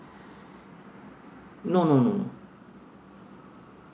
no no no